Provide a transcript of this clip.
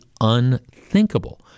unthinkable